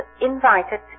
invited